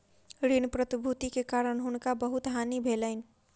ऋण प्रतिभूति के कारण हुनका बहुत हानि भेलैन